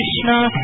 Krishna